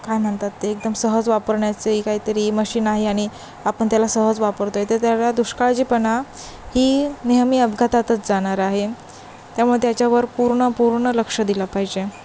काय म्हणतात ते एकदम सहज वापरण्याचे काहीतरी मशीन आहे आणि आपण त्याला सहज वापरतो आहे तर त्याला दुष्काळजीपणा ही नेहमी अपघातातच जाणार आहे त्यामुळे त्याच्यावर पूर्णपूर्ण लक्ष दिलं पाहिजे